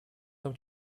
том